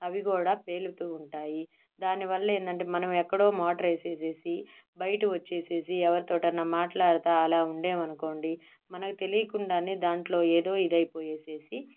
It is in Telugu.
అవి కూడా పేలుతూ ఉంటాయి దానివల్ల ఏంటంటే మనం ఎక్కడో మోటరు వేసేసేసి బయటకి వచ్చేసేసి ఎవరితోటి అయినా మాట్లాడుతూ అలా ఉండేమనుకోండి మనకి తెలియకుండానే దాంట్లో ఏదో ఇదయిపోయేసేసి